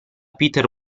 peter